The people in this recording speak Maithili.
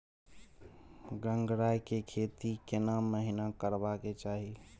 गंगराय के खेती केना महिना करबा के चाही?